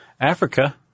Africa